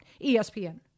ESPN